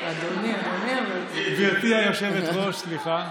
אדוני, אדוני, זה בסדר, גברתי היושבת-ראש, סליחה.